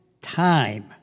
Time